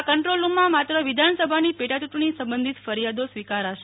આ કંટ્રોલ રૂમમાં માત્ર વિધાનસભાની પેટાયૂંટણી સંબંધિત ફરિયાદો સ્વીકારાશે